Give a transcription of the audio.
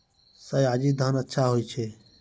सयाजी धान अच्छा होय छै?